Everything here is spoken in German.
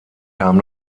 kam